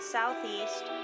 Southeast